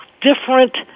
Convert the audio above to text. different